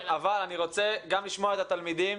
גם את התלמידים.